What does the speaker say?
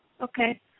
Okay